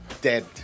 dead